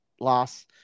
loss